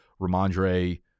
Ramondre